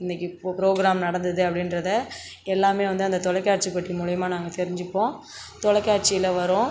இன்றைக்கி போ ப்ரோக்ராம் நடந்துது அப்படின்றத எல்லாமே வந்து அந்த தொலைக்காட்சி பெட்டி மூலிமா நாங்கள் தெரிஞ்சுப்போம் தொலைக்காட்சியில் வரும்